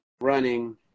running